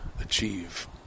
achieve